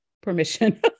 permission